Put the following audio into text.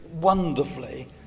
wonderfully